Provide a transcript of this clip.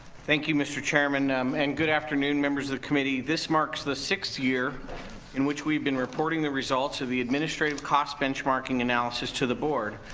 thank you mr. chairman um and good afternoon members of the committee. this marks the sixth year in which we've been reporting the results of the administrative cost benchmarking analysis to the board.